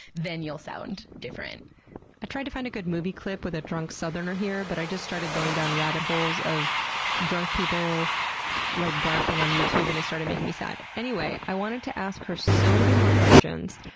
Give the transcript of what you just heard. then you'll sound different i tried to find a good movie clip with a drunk southerner here, but i just started going down rabbit holes of drunk people like barfing on youtube and it started making me sad. anyway, i wanted to ask her so many more questions,